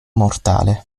mortale